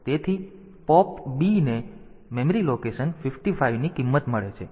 તેથી pop b ને memory location 55 ની કિંમત મળે છે